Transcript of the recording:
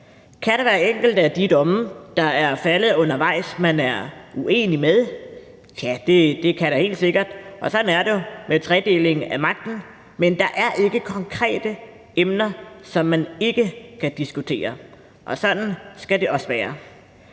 Kan der være enkelte af de domme, der er faldet undervejs, man er uenig i? Ja, det kan der helt sikkert, og sådan er det jo med tredelingen af magten. Men der er ikke konkrete emner, som man ikke kan diskutere, og sådan skal det også være.